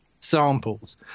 samples